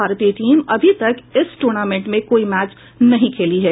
भारतीय टीम अभी तक इस टूर्नामेंट में कोई मैच नहीं खेला है